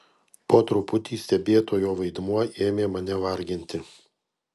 po truputį stebėtojo vaidmuo ėmė mane varginti